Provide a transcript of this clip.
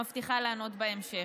מבטיחה לענות בהמשך.